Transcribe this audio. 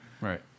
Right